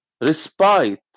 respite